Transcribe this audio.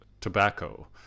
tobacco